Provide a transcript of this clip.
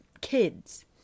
kids